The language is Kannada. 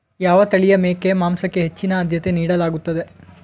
ಯಾವ ತಳಿಯ ಮೇಕೆ ಮಾಂಸಕ್ಕೆ ಹೆಚ್ಚಿನ ಆದ್ಯತೆ ನೀಡಲಾಗುತ್ತದೆ?